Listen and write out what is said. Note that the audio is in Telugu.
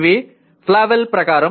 ఇది ఫ్లావెల్ ప్రకారం